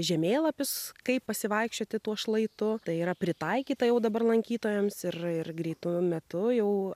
žemėlapis kaip pasivaikščioti tuo šlaitu tai yra pritaikyta jau dabar lankytojams ir ir greitu metu jau